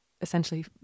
essentially